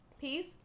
peace